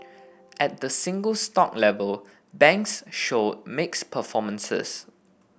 at the single stock level banks showed mixed performances